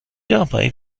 dabei